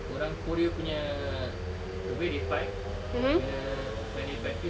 orang korea punya the way they fight bila when they practise